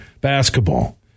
basketball